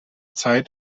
zeit